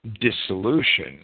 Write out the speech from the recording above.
dissolution